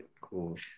cool